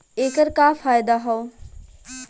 ऐकर का फायदा हव?